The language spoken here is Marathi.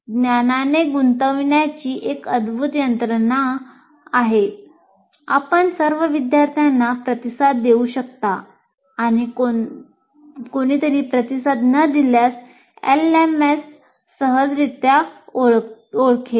क्विझ सहजगत्या ओळखेल